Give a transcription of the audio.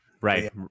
Right